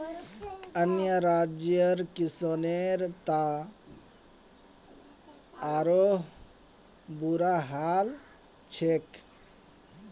अन्य राज्यर किसानेर त आरोह बुरा हाल छेक